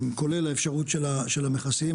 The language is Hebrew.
כולל האפשרות של המכסים.